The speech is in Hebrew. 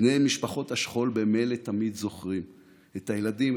בני משפחות השכול ממילא תמיד זוכרים את הילדים,